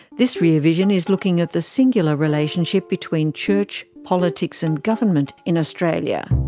this rear vision is looking at the singular relationship between church, politics and government in australia.